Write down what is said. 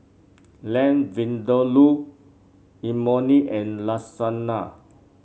Lamb Vindaloo Imoni and Lasagna